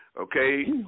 okay